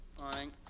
Morning